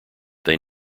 they